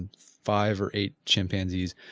five or eight chimpanzees.